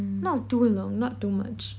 not too long not too much